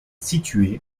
situé